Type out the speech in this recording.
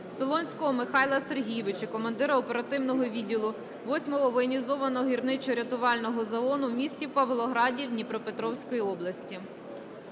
Солонського Михайла Сергійовича, командира оперативного відділу Восьмого воєнізованого гірничорятувального загону в місті Павлограді Дніпропетровської області.